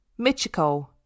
Michiko